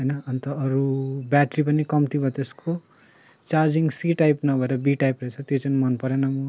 होइन अन्त अरू ब्याट्री पनि कम्ती भयो त्यसको चार्जिङ सी टाइप नभएर बी टाइप रहेछ त्यो चाहिँ मन परेन